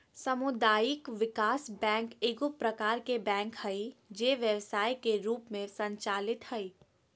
सामुदायिक विकास बैंक एगो प्रकार के बैंक हइ जे व्यवसाय के रूप में संचालित हइ